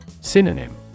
Synonym